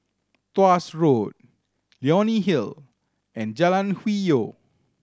Tuas Road Leonie Hill and Jalan Hwi Yoh